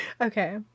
Okay